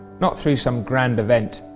not through some grand event,